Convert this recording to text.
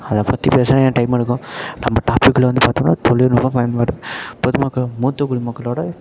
அதைப் பற்றி பேசுனால் எனக்கு டைம் எடுக்கும் நம்ம டாப்பிக் குள்ள வந்து பார்த்தோம்னா தொழில்நுட்பம் பயன்பாடு பொதுமக்கள் மூத்தக் குடிமக்களோடய